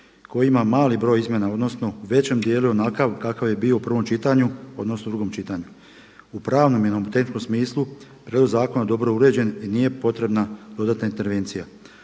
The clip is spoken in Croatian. koji ima mali broj izmjena, odnosno u većem dijelu je onakav kakav je bio u prvom čitanju odnosno drugom čitanju. U pravnom jednom tehničkom smislu prijedlog zakona je dobro uređen i nije potrebna dodatna intervencija.